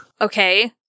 okay